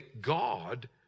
God